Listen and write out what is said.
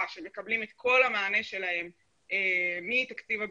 שמקבלים את כל המענה שלהם מתקציב הביטחון,